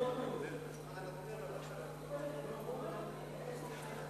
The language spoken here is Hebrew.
אנחנו מצרפים את הקול של חבר הכנסת רותם ושל חבר הכנסת